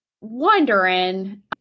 wondering